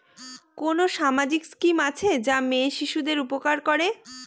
কোন সামাজিক স্কিম আছে যা মেয়ে শিশুদের উপকার করে?